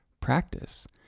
practice